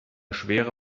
schwere